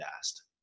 asked